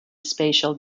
spatial